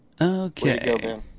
Okay